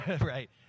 right